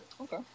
okay